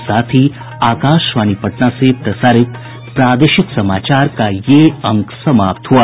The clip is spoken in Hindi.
इसके साथ ही आकाशवाणी पटना से प्रसारित प्रादेशिक समाचार का ये अंक समाप्त हुआ